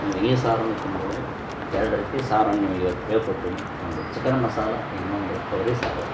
ನೀವು ಈ ಸಾರನ್ನು ತಿನ್ಬೋದು ಎರಡು ರೀತಿ ಸಾರನ್ನು ನಿಮಗೆ ಇವತ್ತು ಹೇಳ್ಕೊಟ್ಟೇನಿ ಒಂದು ಚಿಕನ್ ಮಸಾಲೆ ಇನ್ನೊಂದು ಕೊಬ್ಬರಿ ಸಾರು